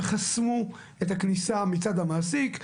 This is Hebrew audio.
וחסמו את הכניסה מצד המעסיק.